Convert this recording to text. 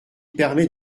permet